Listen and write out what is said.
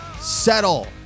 settle